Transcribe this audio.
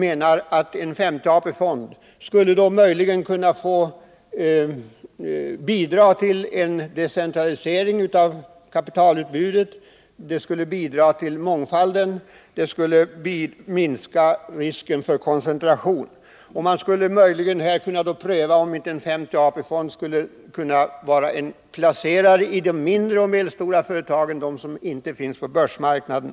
Enligt vår mening skulle en femte AP-fond kunna bidra till en decentralisering av kapitalutbudet. Det skulle bli en större mångfald och risken för koncentration skulle bli mindre. Möjligen skulle man kunna pröva om inte en femte AP-fond kunde placera kapital i de mindre och medelstora företagen, dvs. de företag som inte finns på börsmarknaden.